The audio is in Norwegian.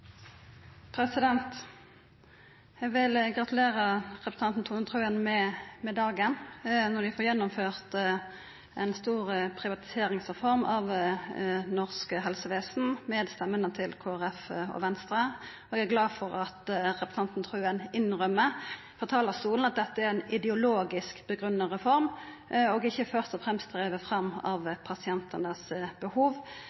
Eg vil gratulera representanten Tone Wilhelmsen Trøen med dagen – når ein får gjennomført ei stor privatiseringsreform i norsk helsevesen med stemmene frå Kristeleg Folkeparti og Venstre. Eg er glad for at representanten Wilhelmsen Trøen innrømmer frå talarstolen at dette er ei ideologisk grunngitt reform, og at ho ikkje først og fremst er driven fram av pasientane sine behov.